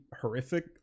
horrific